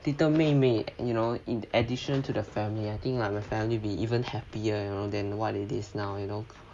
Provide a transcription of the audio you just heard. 一个妹妹 you know in addition to the family I think like my family be even happier you know than what it is now you know